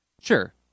sure